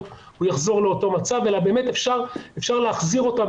הוא יחזור לאותו מצב אלא באמת אפשר להחזיר אותם.